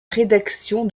rédaction